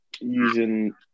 using